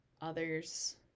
others